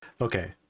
Okay